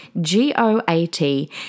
G-O-A-T